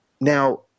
now